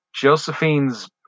Josephine's